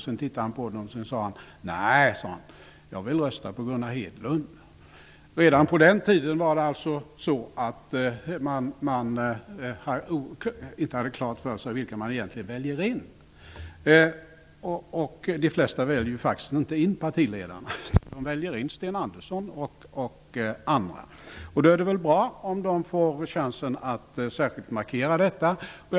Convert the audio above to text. Han tittade på den och sade: Nej, jag vill rösta på Redan på den tiden var det alltså så att man inte hade klart för sig vilka man egentligen väljer in. De flesta väljer faktiskt inte in partiledaren. De väljer in Sten Andersson och andra. Då är det väl bra om de får chansen att särskilt markera sitt val.